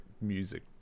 music